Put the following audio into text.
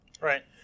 Right